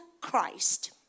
Christ